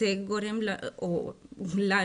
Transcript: גורמים לנו